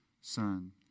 Son